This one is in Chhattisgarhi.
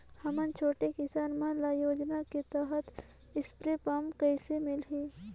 हमन छोटे किसान मन ल योजना के तहत स्प्रे पम्प कइसे मिलही?